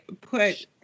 put